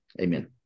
Amen